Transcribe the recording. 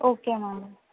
okay madam